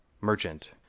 Merchant